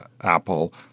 Apple